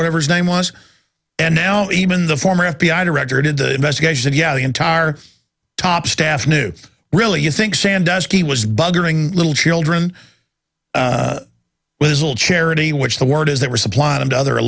whatever his name was and now even the former f b i director did the investigation and yeah the entire top staff knew really you think sandusky was buggering little children with little charity which the word is they were supplying them to other